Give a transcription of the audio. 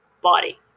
body